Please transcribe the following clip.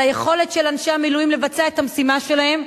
על היכולת של אנשי המילואים לבצע את המשימה שלהם.